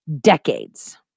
Decades